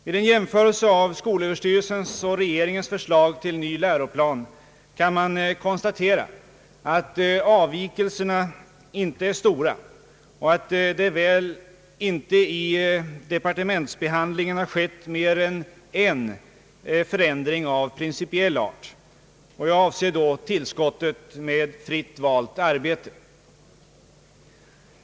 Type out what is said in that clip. Vid en jämförelse mellan skolöverstyrelsens och regeringens förslag till ny läroplan kan man konstatera att avvikelserna inte är stora och att det väl inte i departementsbehandlingen har skett mer än en förändring av principiell art — jag avser då tillskottet med fritt valt arbete.